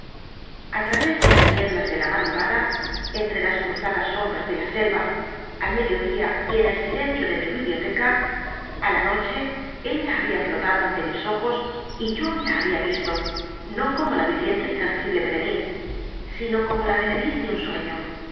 a través de las nieblas de la madrugada entre las cruzadas sombras de la selva al medio día y en el silencio de mi biblioteca á la noche ella había flotado ante mis ojos y yo la había visto no como la viviente y tangible berenice sino como la berenice de un sueño